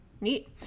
neat